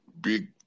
big